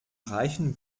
reichen